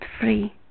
free